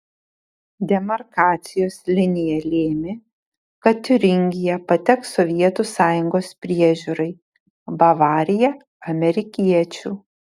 demarkacijos linija lėmė kad tiuringija pateks sovietų sąjungos priežiūrai bavarija amerikiečių